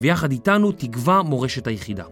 ויחד איתנו תגווע מורשת היחידה